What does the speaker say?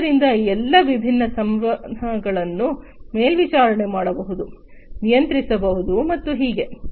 ಆದ್ದರಿಂದ ಈ ಎಲ್ಲಾ ವಿಭಿನ್ನ ಸಂವಹನಗಳನ್ನು ಮೇಲ್ವಿಚಾರಣೆ ಮಾಡಬಹುದು ನಿಯಂತ್ರಿಸಬಹುದು ಮತ್ತು ಹೀಗೆ